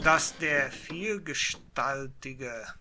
dass der vielgestaltige